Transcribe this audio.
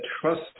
trust